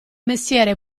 mestiere